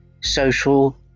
social